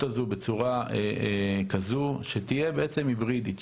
הזאת בצורה כזאת שהיה בעצם היברידית.